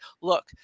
look